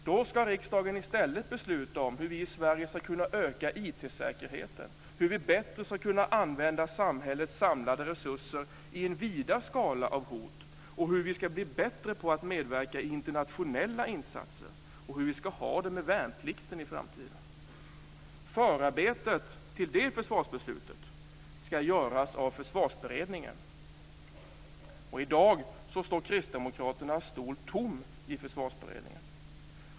Då ska riksdagen i stället besluta om hur vi i Sverige ska kunna öka IT-säkerheten, hur vi bättre ska kunna använda samhällets samlade resurser i en vidare skala av hot, hur vi ska bli bättre på att medverka i internationella insatser, och hur vi ska ha det med värnplikten i framtiden. Förarbetet till det försvarsbeslutet ska göras av Försvarsberedningen. Och i dag står Kristdemokraternas stol tom i Försvarsberedningen.